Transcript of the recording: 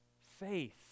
faith